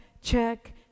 check